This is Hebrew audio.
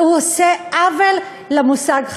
הוא עושה עוול למושג חירות,